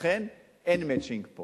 לכן, אין "מצ'ינג" פה